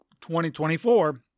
2024